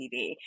TV